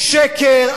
שקר.